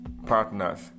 partners